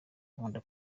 nkunda